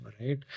right